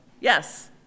Yes